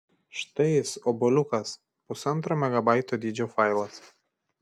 štai jis obuoliukas pusantro megabaito dydžio failas